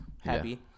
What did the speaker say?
happy